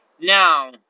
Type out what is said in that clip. Now